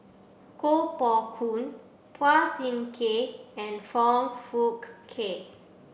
Koh Poh Koon Phua Thin Kiay and Foong Fook Kay